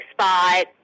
spot